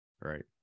Right